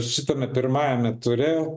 šitame pirmajame ture